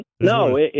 no